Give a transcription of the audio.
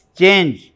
change